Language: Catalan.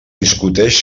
discuteix